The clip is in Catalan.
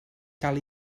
cal